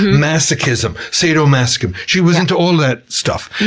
masochism, sadomasochism. she was into all that stuff.